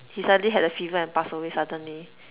he suddenly had a fever and passed away suddenly